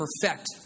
perfect